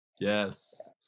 Yes